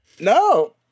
No